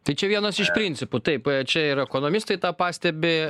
tai čia vienas iš principų taip čia ir ekonomistai tą pastebi